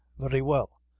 very well.